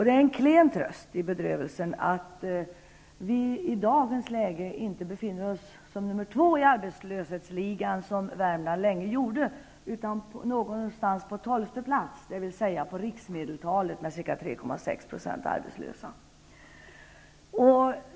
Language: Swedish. Det är en klen tröst i bedrövelsen att vi i dagens läge inte befinner oss som nummer två i arbetslöshetsligan, vilket Värmland länge gjorde, utan någonstans på tolfte plats, dvs. på riksmedeltalet med ca 3,6 % arbetslösa.